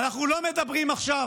אנחנו לא מדברים עכשיו